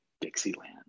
Dixieland